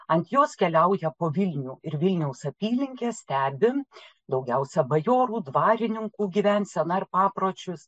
ant jos keliauja po vilnių ir vilniaus apylinkes stebint daugiausia bajorų dvarininkų gyvenseną ar papročius